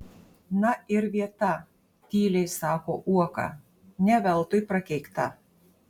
na ir vieta tyliai sako uoka ne veltui prakeikta